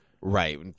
right